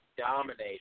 dominated